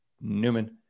newman